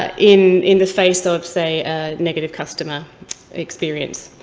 ah in in the face of, say, a negative customer experience.